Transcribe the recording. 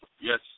Yes